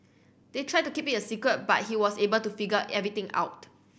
they tried to keep it a secret but he was able to figure everything out